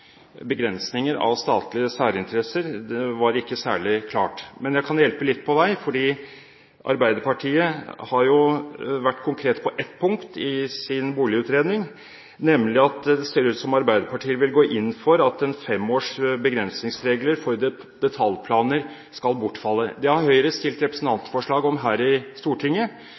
begrensninger av statlige særinteresser, ikke var særlig klart, men jeg kan hjelpe litt på vei. Arbeiderpartiet har jo vært konkret på ett punkt i sin boligutredning. Det ser nemlig ut som om Arbeiderpartiet vil gå inn for at en femårs begrensningsregel for detaljplaner skal bortfalle. Det har Høyre fremmet representantforslag om her i Stortinget,